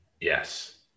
Yes